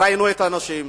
ראינו את האנשים.